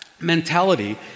mentality